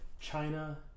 China